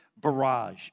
barrage